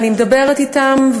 ואני מדברת אתן,